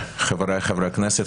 חבריי חברי הכנסת,